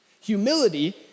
Humility